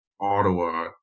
Ottawa